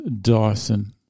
Dyson